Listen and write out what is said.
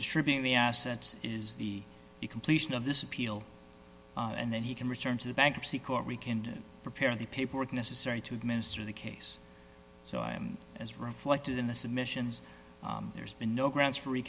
distribute the assets is the completion of this appeal and then he can return to the bankruptcy court we can prepare the paperwork necessary to administer the case so i am as reflected in the submissions there's been no grounds f